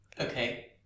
okay